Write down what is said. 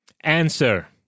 Answer